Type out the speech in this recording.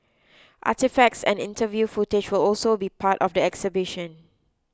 artefacts and interview footage will also be part of the exhibition